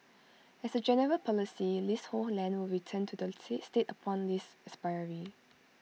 as A general policy leasehold land will return to the state upon lease expiry